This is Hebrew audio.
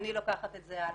אני לוקחת את זה הלאה.